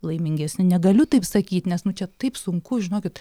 laimingesni negaliu taip sakyt nes nu čia taip sunku žinokit